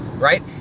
Right